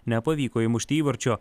nepavyko įmušti įvarčio